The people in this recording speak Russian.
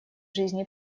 жизни